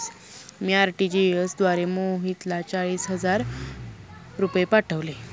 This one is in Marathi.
मी आर.टी.जी.एस द्वारे मोहितला चाळीस हजार रुपये पाठवले